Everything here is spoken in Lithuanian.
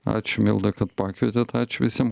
ačiū milda kad pakvietėt ačiū visiem